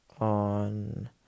on